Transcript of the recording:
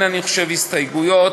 אני חושב שאין הסתייגויות.